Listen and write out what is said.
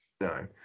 No